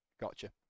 gotcha